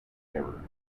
error